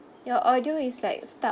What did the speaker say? your audio is like stuck